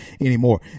anymore